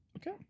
Okay